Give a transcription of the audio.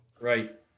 right